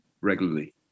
regularly